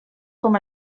com